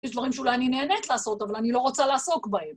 יש דברים שאולי אני נהנית לעשות, אבל אני לא רוצה לעסוק בהם.